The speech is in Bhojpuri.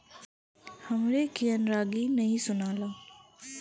हमरे कियन रागी नही सुनाला